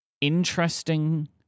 interesting